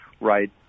right